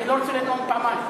אני לא רוצה לנאום פעמיים.